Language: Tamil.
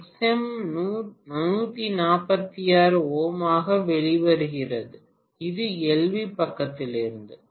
எக்ஸ்எம் 146Ω ஆக வெளிவருகிறது இது எல்வி பக்கத்திலிருந்தும்